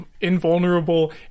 invulnerable